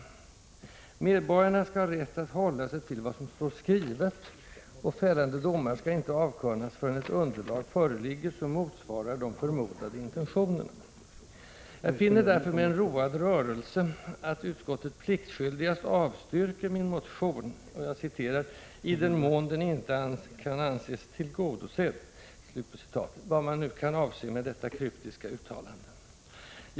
Medborgarna skall ha rätt att hålla sig till vad som står skrivet, och fällande domar skall inte avkunnas förrän ett underlag föreligger som motsvarar de förmodade intentionerna. Jag finner därför med en road rörelse att utskottet pliktskyldigast avstyrker min motion ”i den mån den inte kan anses tillgodosedd” — vad man nu kan avse med detta kryptiska — Prot. 1985/86:126 uttalande.